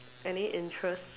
any interests